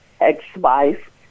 ex-wife